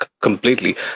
completely